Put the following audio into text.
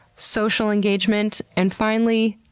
social engagement and, finally,